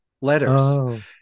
letters